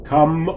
Come